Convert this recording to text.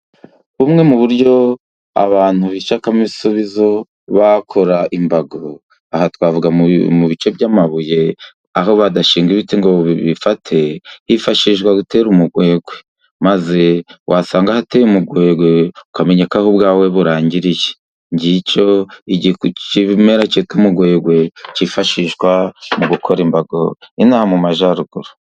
Bumwe mu buryo abantu bishakamo ibisubizo bakora imbago, aha twavuga mu bice by'amabuye aho badashinga ibiti ngo bifate, hifashishwa gutera umugwegwe, maze wasanga hateye umugwegwe ukamenya aho ubwawe burangiriye. Ngicyo ikimera cy'umugwegwe, cyifashishwa mu gukora imbago ino aha mu Majyarugur.